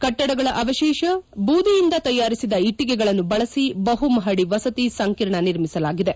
ಕಟ್ಟಡಗಳ ಅವಶೇಷ ಬೂದಿಯಿಂದ ತಯಾರಿಸಿದ ಇಟ್ಟಿಗೆಗಳನ್ನು ಬಳಸಿ ಬಹುಮಹಡಿ ವಸತಿ ಸಂಕೀರ್ಣ ನಿರ್ಮಿಸಲಾಗಿದೆ